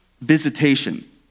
visitation